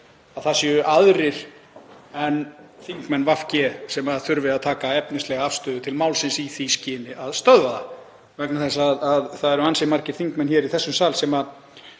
að það séu aðrir en þingmenn VG sem þurfi að taka efnislega afstöðu til málsins í því skyni að stöðva það. Það eru ansi margir þingmenn hér í þessum sal sem